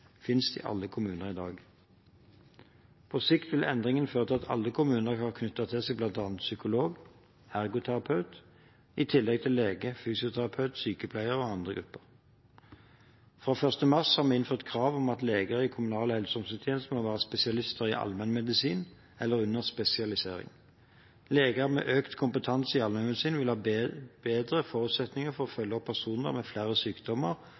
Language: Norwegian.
finnes i alle kommuner i dag. På sikt vil endringen føre til at alle kommuner kan knytte til seg bl.a. psykolog og ergoterapeut, i tillegg til lege, fysioterapeut, sykepleier og andre grupper. Fra 1. mars har vi innført krav om at leger i kommunale helse- og omsorgstjenester må være spesialister i allmennmedisin, eller under spesialisering. Leger med økt kompetanse i allmennmedisin vil ha bedre forutsetninger for å følge opp personer med flere sykdommer,